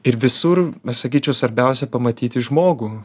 ir visur sakyčiau svarbiausia pamatyti žmogų